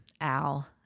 Al